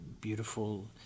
beautiful